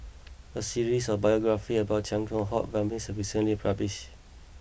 a series of biographies about Chia Keng Hock Vikram was recently published